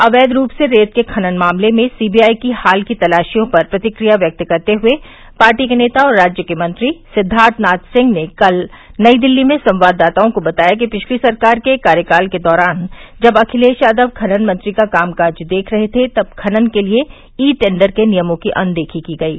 अवैघ रूप से रेत के खनन मामले में सीबीआई की हाल की तलाशियों पर प्रतिक्रिया व्यक्त करते हुए पार्टी के नेता और राज्य के मंत्री सिद्दार्थनाथ सिंह ने कल नई दिल्ली में संवाददाताओं को बताया कि पिछली सरकार के कार्यकाल के दौरान जब अखिलेश यादव खनन मंत्री का कामकाज देख रहे थे तब खनन के लिए ई टेंडर के नियमों की अनदेखी की गयी